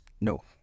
No